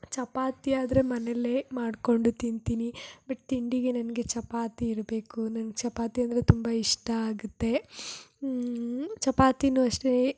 ಚಪಾತಿಯಾದರೆ ಮನೆಯಲ್ಲೇ ಮಾಡಿಕೊಂಡು ತಿಂತೀನಿ ಬಟ್ ತಿಂಡಿಗೆ ನನಗೆ ಚಪಾತಿ ಇರಬೇಕು ನನ್ಗೆ ಚಪಾತಿ ಅಂದರೆ ತುಂಬ ಇಷ್ಟ ಆಗುತ್ತೆ ಚಪಾತಿನೂ ಅಷ್ಟೆ